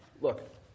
Look